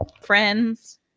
friends